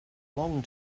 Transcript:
long